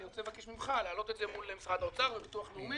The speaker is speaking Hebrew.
אני רוצה לבקש ממך להעלות את זה מול משרד האוצר והביטוח הלאומי,